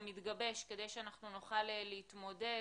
שמתגבש כדי שנוכל להתמודד,